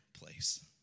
place